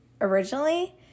originally